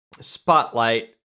spotlight